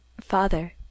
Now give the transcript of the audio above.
Father